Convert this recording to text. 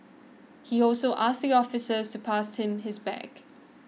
he also asked your officers to pass him his bag